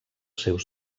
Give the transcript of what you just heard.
seus